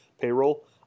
payroll